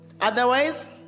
otherwise